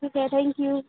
okay thank you